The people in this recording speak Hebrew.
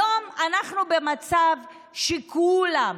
היום אנחנו במצב שכולם,